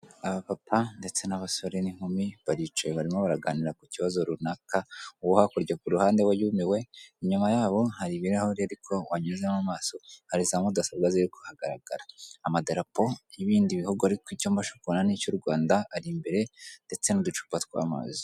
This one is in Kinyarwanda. Aba papa ndetse n'abasore n'inkumi baricaye barimo baraganira ku kibazo runaka uwo hakurya ku ruhande we yumiwe inyuma yabo hari ibirahuri ariko wanyuzemo amaso hari za mudasobwa ziri ku hagaragara amadarapo y'ibindi bihugu ariko icyombashapo n'icy'u Rwanda ari imbere ndetse n'uducupa tw'amazi.